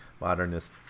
modernist